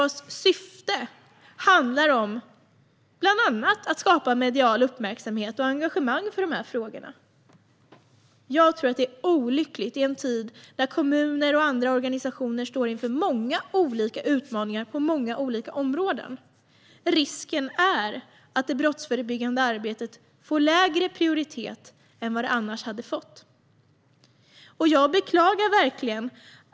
Syftet med den nationella samordnaren är bland annat att skapa medial uppmärksamhet och engagemang för dessa frågor. I en tid när kommuner och andra organisationer står inför många olika utmaningar på många olika områden finns det risk för att det brottsförebyggande arbetet får lägre prioritet än vad det annars hade fått, och det är olyckligt.